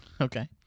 Okay